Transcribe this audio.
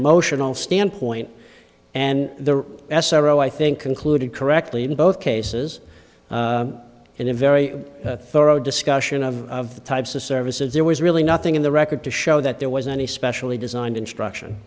emotional standpoint and the s r o i think concluded correctly in both cases and in very thorough discussion of of the types of services there was really nothing in the record to show that there was any specially designed instruction